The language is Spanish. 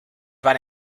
van